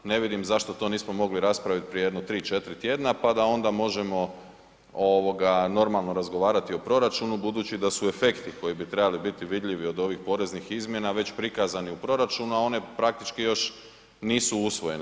Ne vidim zašto to nismo mogli raspraviti prije jedno 3, 4 tjedna pa da ona možemo ovoga normalno razgovarati o proračunu budući da su efekti koji bi trebali biti vidljivi od ovih poreznih izmjena već prikazani u proračunu, a one praktički još nisu usvojene.